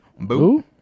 boo